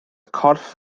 corff